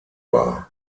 war